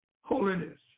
holiness